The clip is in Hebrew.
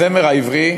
הזמר העברי,